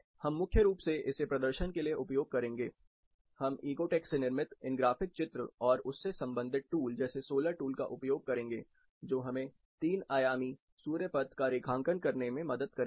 हम मुख्य रूप से इसे प्रदर्शन के लिए उपयोग करेंगे हम इकोटेक्ट से निर्मित इन ग्राफिक चित्र और उससे संबंधित टूल जैसे सोलर टूल का उपयोग करेंगे जो हमें तीन आयामी सूर्य पथ का रेखांकन करने में मदद करेगा